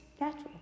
natural